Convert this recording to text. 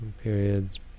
Periods